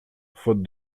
faute